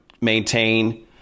maintain